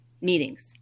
Meetings